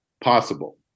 Possible